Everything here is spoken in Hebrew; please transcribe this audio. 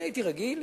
אני הייתי רגיל,